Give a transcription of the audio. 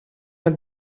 met